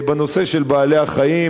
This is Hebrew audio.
בנושא של בעלי-החיים,